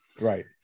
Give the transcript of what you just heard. Right